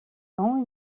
only